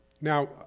Now